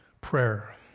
prayer